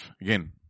Again